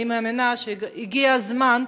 אני מאמינה שהגיע הזמן.